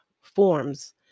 forms